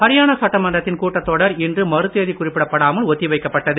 ஹரியானா சட்டமன்றத்தின் கூட்டத்தொடர் இன்று மறுதேதி குறிப்பிடப்படாமல் ஒத்தி வைக்கப்பட்டது